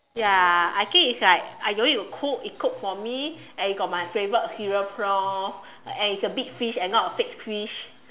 ya I think it's like I don't need to cook it cook for me and it got my favourite cereal prawn and it's a big fish and not a fake fish